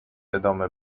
ادامه